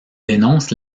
dénoncent